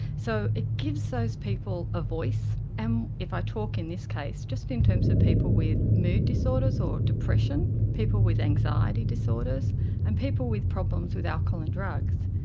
so it gives those people a voice and if i talk in this case, just in terms of people with mood disorders, or depression, people with anxiety disorders and people with problems with alcohol and drugs,